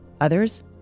Others